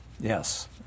yes